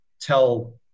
tell